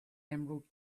emerald